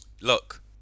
look